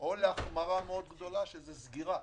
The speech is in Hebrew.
או להחמרה מאוד גדולה סגירה.